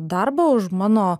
darbą už mano